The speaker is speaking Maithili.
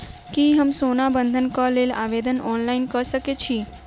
की हम सोना बंधन कऽ लेल आवेदन ऑनलाइन कऽ सकै छी?